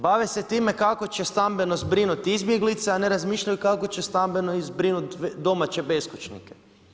Bave se time kako će stambeno zbrinuti izbjeglice, a ne razmišljaju kako će stambeno zbrinuti domaće beskućnike.